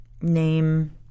name